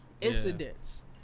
incidents